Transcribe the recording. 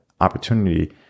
opportunity